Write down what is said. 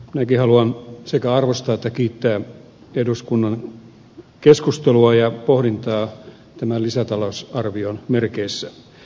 minäkin haluan sekä arvostaa että kiittää eduskunnan keskustelua ja pohdintaa tämän lisätalousarvion merkeissä